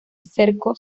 cerco